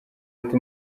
ati